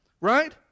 right